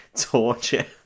torture